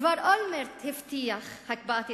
כבר אולמרט הבטיח הקפאת התנחלויות,